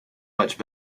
much